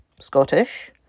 Scottish